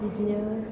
बिदिनो